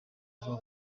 vuba